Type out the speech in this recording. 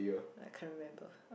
I can't remember